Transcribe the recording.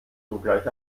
sogleich